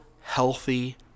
healthy